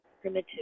primitive